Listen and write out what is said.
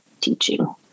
teaching